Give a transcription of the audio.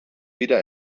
weder